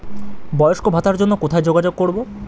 বয়স্ক ভাতার জন্য কোথায় যোগাযোগ করব?